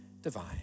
divine